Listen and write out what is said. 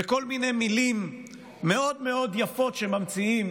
וכל מיני מילים מאוד מאוד יפות שממציאים